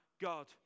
God